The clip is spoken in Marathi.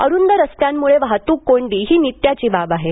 अरुंद रस्त्यांमुळे वाहतूक कोंडी ही नित्याची बाब आहे